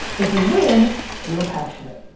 if we win we were passionate.